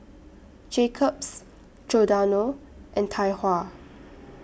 Jacob's Giordano and Tai Hua